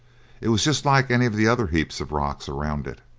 it was just like any of the other heaps of rocks around it.